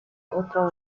otro